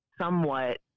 somewhat